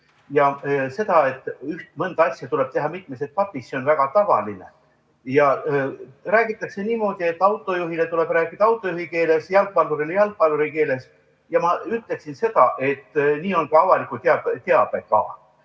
See, et mõnda asja tuleb teha mitmes etapis, on väga tavaline. Räägitakse niimoodi, et autojuhiga tuleb rääkida autojuhi keeles, jalgpalluriga jalgpalluri keeles. Ma ütleksin, et nii on ka avaliku teabe,